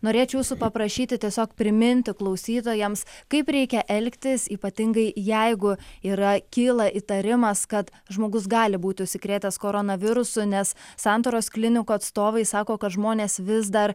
norėčiau jūsų paprašyti tiesiog priminti klausytojams kaip reikia elgtis ypatingai jeigu yra kyla įtarimas kad žmogus gali būti užsikrėtęs koronavirusu nes santaros klinikų atstovai sako kad žmonės vis dar